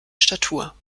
statur